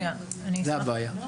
זו הבעיה.